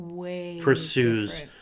pursues